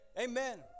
Amen